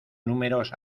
números